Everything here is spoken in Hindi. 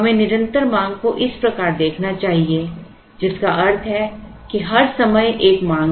हमें निरंतर मांग को इस प्रकार देखना चाहिए जिसका अर्थ है कि हर समय एक मांग है